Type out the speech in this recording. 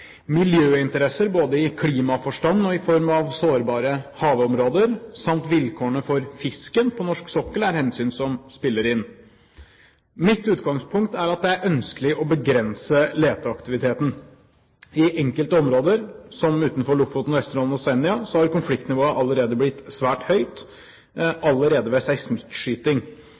Miljøinteresser både i klimaforstand og i form av sårbare havområder, samt vilkårene for fisken på norsk sokkel, er hensyn som spiller inn. Mitt utgangspunkt er at det er ønskelig å begrense leteaktiviteten. I enkelte områder, som utenfor Lofoten og Vesterålen og Senja, har konfliktnivået blitt svært høyt allerede ved seismikkskyting.